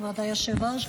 כבוד היושב-ראש,